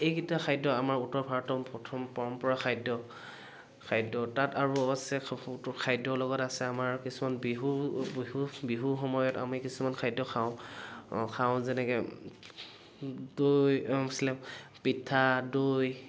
এইকেইটা খাদ্য আমাৰ উত্তৰ ভাৰতৰ প্ৰথম পৰম্পৰা খাদ্য খাদ্য তাত আৰু আছে খাদ্যৰ লগত আছে আমাৰ কিছুমান বিহু বিহু বিহু সময়ত আমি কিছুমান খাদ্য খাওঁ খাওঁ যেনেকে দৈ আছিলে পিঠা দৈ